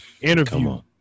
Interview